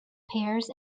pears